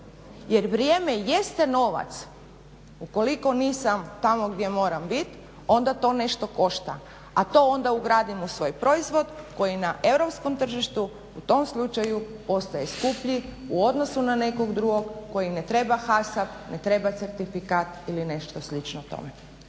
Jer vrijeme jeste novac. Ukoliko nisam tamo gdje moram biti onda to nešto košta, a to onda ugradimo u svoj proizvod koji na europskom tržištu u tom slučaju postaje skuplji u odnosu na nekog drugog kojem ne treba hasap, ne treba certifikat ili nešto slično tome.